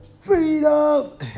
Freedom